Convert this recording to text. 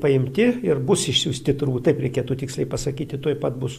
paimti ir bus išsiųsti turbūt taip reikėtų tiksliai pasakyti tuoj pat bus